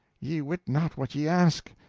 ye wit not what ye ask.